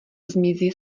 zmizí